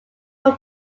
home